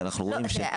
ואנחנו רואים --- לא,